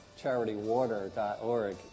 charitywater.org